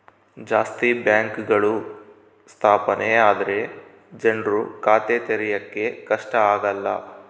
ಜಾಸ್ತಿ ಬ್ಯಾಂಕ್ಗಳು ಸ್ಥಾಪನೆ ಆದ್ರೆ ಜನ್ರು ಖಾತೆ ತೆರಿಯಕ್ಕೆ ಕಷ್ಟ ಆಗಲ್ಲ